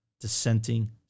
dissenting